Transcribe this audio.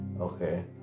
okay